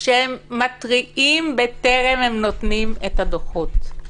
שהם מתריעים בטרם הם נותנים את הדוחות.